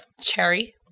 cherry